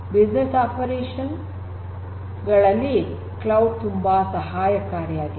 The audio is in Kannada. ಬಿಸಿನೆಸ್ ಆಪರೇಷನ್ ಗಳಲ್ಲಿ ಕ್ಲೌಡ್ ತುಂಬಾ ಸಹಾಯಕಾರಿಯಾಗಿದೆ